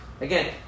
again